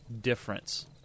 difference